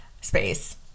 space